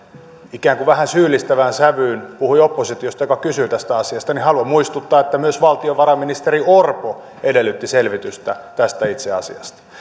ikään kuin vähän syyllistävään sävyyn puhui oppositiosta joka kysyi asiasta niin haluan muistuttaa että myös valtiovarainministeri orpo edellytti selvitystä tästä itse asiasta